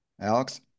Alex